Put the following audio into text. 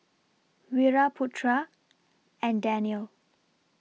Wira Putra and Danial